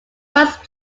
first